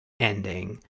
ending